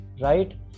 Right